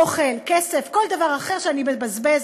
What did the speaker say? אוכל, כסף, כל דבר אחר שאני מבזבז.